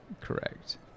correct